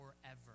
forever